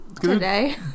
Today